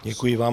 Děkuji vám.